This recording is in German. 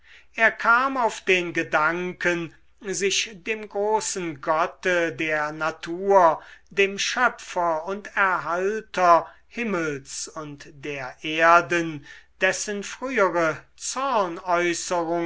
er kam auf den gedanken sich dem großen gotte der natur dem schöpfer und erhalter himmels und der erden dessen frühere